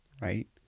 right